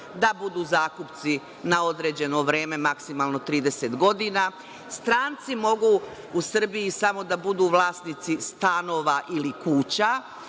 da budu zakupci na određeno vreme, maksimalno 30 godina. Stranci mogu u Srbiji samo da budu vlasnici stanova ili kuća,